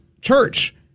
church